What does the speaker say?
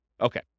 Okay